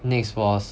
next was